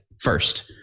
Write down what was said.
first